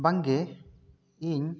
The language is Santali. ᱵᱟᱝ ᱜᱮ ᱤᱧ